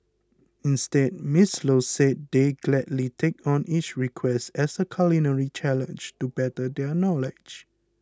instead Miss Low said they gladly take on each request as a culinary challenge to better their knowledge